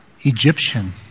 Egyptian